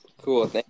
Cool